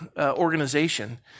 organization